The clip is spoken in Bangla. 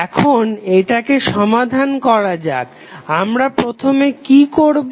এখন এটাকে সমাধান করা যাক আমরা প্রথমে কি করবো